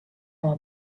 oma